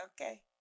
okay